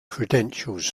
credentials